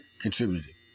contributed